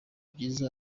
byiza